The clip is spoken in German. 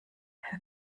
für